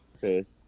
Face